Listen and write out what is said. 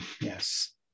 yes